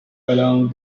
along